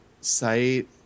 site